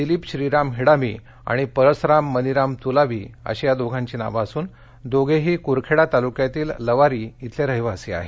दिलीप श्रीराम हिडामी आणि परसराम मनिराम तुलावी अशी या दोघांची नावं असून दोघेही कुरखेडा तालुक्यातील लवारी इथले रहिवासी आहेत